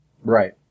Right